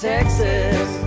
Texas